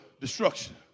destruction